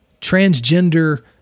transgender